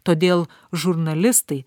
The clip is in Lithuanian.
todėl žurnalistai